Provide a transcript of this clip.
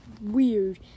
weird